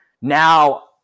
now